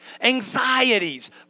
anxieties